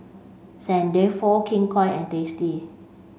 Saint Dalfour King Koil and Tasty